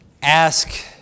Ask